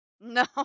No